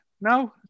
No